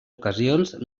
ocasions